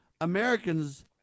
Americans